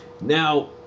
Now